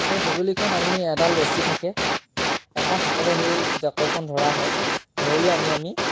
সেই সঁজুলিখন আমি এডাল ৰছী থাকে এখন হাতেৰে সেই জাকৈখন ধৰা হয় ধৰি আনি আমি